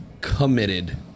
committed